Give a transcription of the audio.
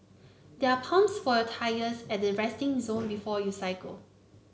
there are pumps for your tyres at the resting zone before you cycle